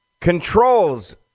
controls